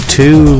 two